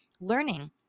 learning